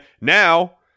Now